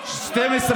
ראשונה.